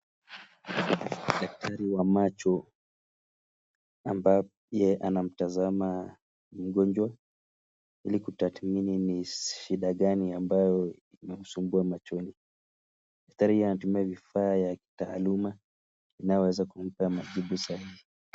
Daktari wa macho ambaye anamtazama mgonjwa, ilikutatmini shida gani ambayo imenisumbua machoni, daktari anatumia vifaa vya kitaaluma inayoweza kumpa Majibu Sahihi.